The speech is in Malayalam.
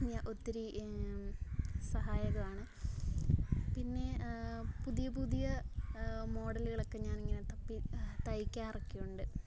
ഞാൻ ഒത്തിരി സഹായകം ആണ് പിന്നെ പുതിയ പുതിയ മോഡലുകളൊക്കെ ഞാൻ ഇങ്ങനെ തപ്പി തയ്ക്കാറൊക്കെ ഉണ്ട്